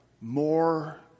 more